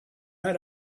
had